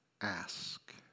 Ask